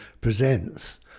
presents